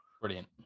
Brilliant